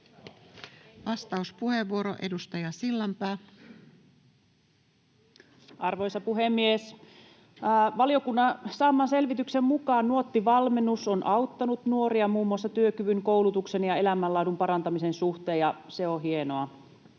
laeiksi Time: 14:58 Content: Arvoisa puhemies! Valiokunnan saaman selvityksen mukaan Nuotti-valmennus on auttanut nuoria muun muassa työkyvyn, koulutuksen ja elämänlaadun parantamisen suhteen, ja se on hienoa.